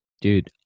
Dude